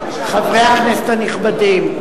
חברי הכנסת הנכבדים,